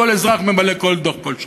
כל אזרח ממלא דוח כל שנה.